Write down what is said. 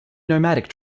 nomadic